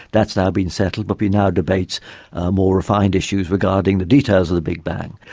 that's now been settled, but we now debate more refined issues regarding the details of the big bang.